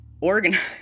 organized